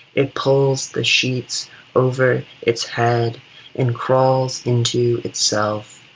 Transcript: it pulls the sheets over its head and crawls into itself,